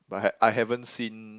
but had I haven't seen